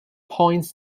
points